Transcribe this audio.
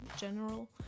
general